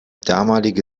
damalige